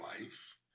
life